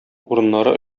урыннары